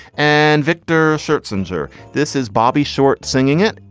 and victor shirts and xur. this is bobby short singing it.